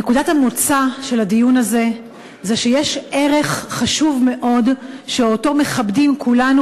נקודת המוצא של הדיון הזה היא שיש ערך חשוב מאוד שאותו מכבדים כולנו,